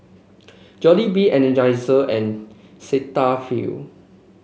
Jollibee Energizer and Cetaphil